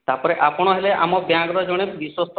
ତା'ପରେ ଆପଣ ହେଲେ ଆମ ବ୍ୟାଙ୍କର ଜଣେ ବିଶ୍ୱସ୍ଥ